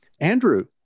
Andrew